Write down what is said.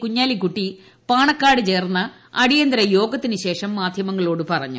കുഞ്ഞാലിക്കുട്ടി പാണക്കാട് ചേർന്ന അടിയന്തിരയോഗത്തിന് ശേഷം മാധ്യമങ്ങളോട് പറഞ്ഞു